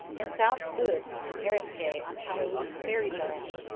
in south uist and eriskay on hallowe'en fairies are out,